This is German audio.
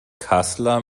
kassler